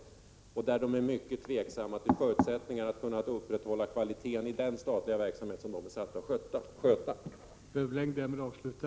Dessutom är personalen mycket tveksam till sina förutsättningar att där upprätthålla kvaliteten på de verksamheter som den är tillsatt för att sköta.